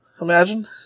Imagine